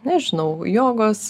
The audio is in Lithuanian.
nežinau jogos